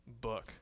book